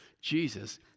Jesus